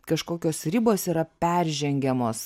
kažkokios ribos yra peržengiamos